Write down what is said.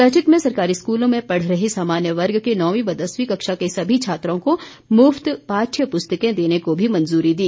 बैठक में सरकारी स्कूलों में पढ़ रहे सामान्य वर्ग के नौवी व दसवीं कक्षा के सभी छात्रों को मुफ्त पाठ्य पुस्तके देने को भी मंजूरी दी